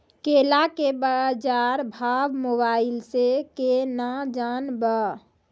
केला के बाजार भाव मोबाइल से के ना जान ब?